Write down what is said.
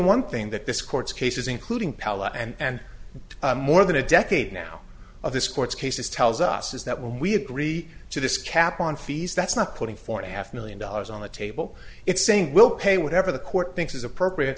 one thing that this court's cases including palla and more than a decade now of this court's cases tells us is that when we agree to this cap on fees that's not putting forth a half million dollars on the table it's saying we'll pay whatever the court thinks is appropriate